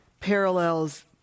parallels